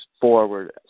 forward